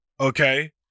Okay